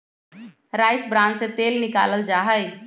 rice bran से तेल निकाल्ल जाहई